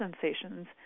sensations